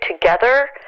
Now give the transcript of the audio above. together